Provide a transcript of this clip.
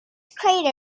crater